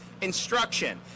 instruction